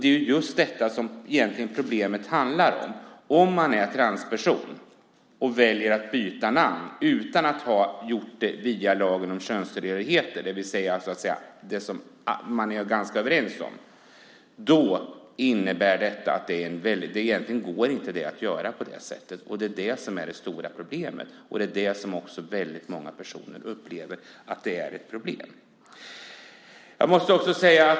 Det är just detta som problemet handlar om. Om man är transperson och väljer att byta namn utan att göra det via lagen om könstillhörighet - det vill säga det som man är ganska överens om - är det något som egentligen inte går att göra. Det är det stora problemet. Många personer upplever det som ett problem.